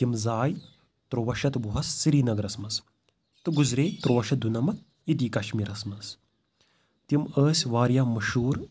تِم زاے تُرٛوَہ شَتھ وُہَس سرینگرَس منٛز تہٕ گُزرے تُروَہ شَتھ دُنَمَتھ ییٚتی کَشمیٖرَس منٛز تِم ٲسۍ واریاہ مشہوٗر